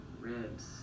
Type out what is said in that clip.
ribs